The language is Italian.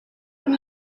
con